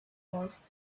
was